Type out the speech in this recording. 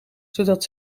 zodat